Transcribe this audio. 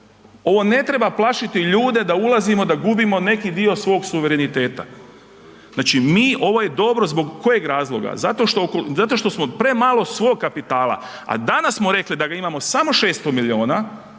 Ovo ne treba plašiti ljude da ulazimo, da gubimo neki dio svog suvereniteta. Znači mi, ovo je dobro zbog kojega razloga, zato što smo premalo svog kapitala, a danas smo rekli da ga imamo samo 600 milijuna,